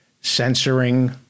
censoring